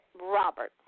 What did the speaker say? Robert